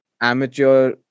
amateur